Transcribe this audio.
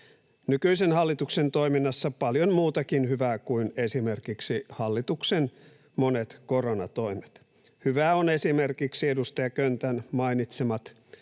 nykyisen hallituksen toiminnassa paljon muutakin hyvää kuin esimerkiksi hallituksen monet koronatoimet. Hyvää on esimerkiksi edustaja Köntän mainitsemat